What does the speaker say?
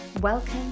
Welcome